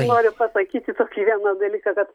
noriu pasakyti tokį vieną dalyką kad